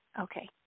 Okay